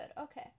Okay